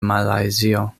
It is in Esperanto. malajzio